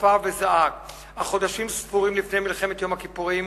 צפה וזעק אך חודשים ספורים לפני מלחמת יום הכיפורים,